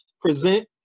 present